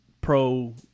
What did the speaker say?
pro